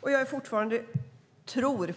har vi pratat om tidigare.